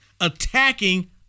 attacking